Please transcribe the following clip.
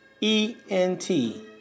E-N-T